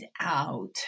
out